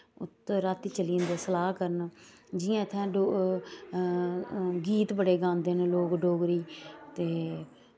उत्त रातीं चली जंदे सलाह् करन जि'यां इ'त्थें गीत बड़े गांदे न लोग डोगरी ते